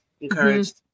encouraged